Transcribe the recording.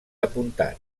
apuntat